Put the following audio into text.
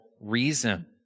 reason